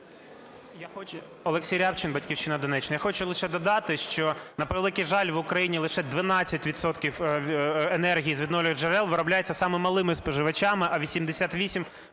Олексій Рябчин, "Батьківщина", Донеччина. Я хочу лише додати, що, на превеликий жаль, в Україні лише 12 відсотків енергії з відновлюваних джерел виробляється саме малими споживачами, а 88